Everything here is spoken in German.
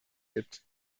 gibt